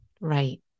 right